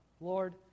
lord